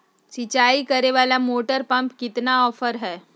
सिंचाई करे वाला मोटर पंप पर कितना ऑफर हाय?